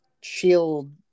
shield